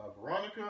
Veronica